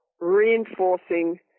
reinforcing